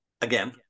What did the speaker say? again